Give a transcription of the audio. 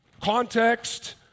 context